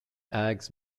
eggs